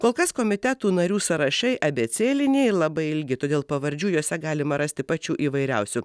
kol kas komitetų narių sąrašai abėcėliniai labai ilgi todėl pavardžių juose galima rasti pačių įvairiausių